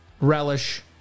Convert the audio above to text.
relish